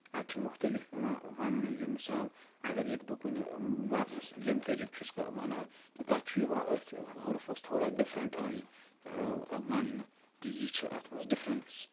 اَتہِ چھُ مُختلِف یِوان وَنٛنہٕ یہِ مِثال اگر ییٚتہِ بہٕ کُنہِ لَفظَس ییٚمہِ طٔریٖقہٕ چھُس بہٕ وَنان تہِ تتہِ چھُ یِوان أتھۍ حرفَس تھوڑا ڈِفرَنٛٹ آیہِ وَنٛنہٕ تہِ یہِ چھِ اَتھ منٛز ڈِفرَنٕس